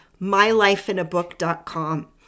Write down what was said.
mylifeinabook.com